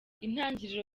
intangiriro